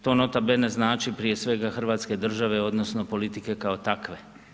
To nota bene znači prije svega hrvatske države odnosno politike kao takve.